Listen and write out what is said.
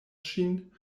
ŝin